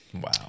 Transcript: Wow